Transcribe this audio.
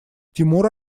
тимур